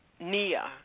NIA